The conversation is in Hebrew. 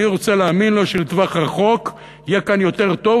אני רוצה להאמין לו שבטווח הרחוק יהיה כאן יותר טוב,